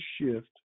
shift